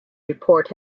report